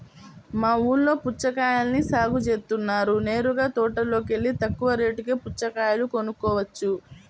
మా ఊల్లో పుచ్చకాయల్ని సాగు జేత్తన్నారు నేరుగా తోటలోకెల్లి తక్కువ రేటుకే పుచ్చకాయలు కొనుక్కోవచ్చు